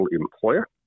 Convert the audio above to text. employer